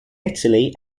italy